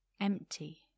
empty